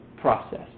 process